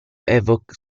evoke